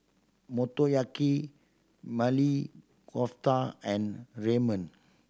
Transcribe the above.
Motoyaki Maili Kofta and Ramen